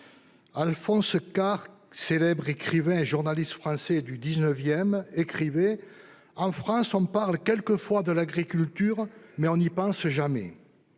Alphonse Karr, célèbre écrivain et journaliste français du XIXsiècle, écrivait :« En France, on parle quelquefois de l'agriculture, mais on n'y pense jamais.